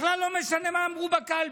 בכלל לא משנה מה אמרו בקלפי,